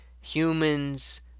Humans